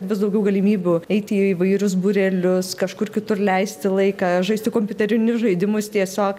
vis daugiau galimybių eiti į įvairius būrelius kažkur kitur leisti laiką žaisti kompiuterinius žaidimus tiesiog